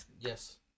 Yes